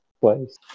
place